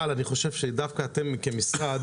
אבל אני חושב שדווקא אתם כמשרד,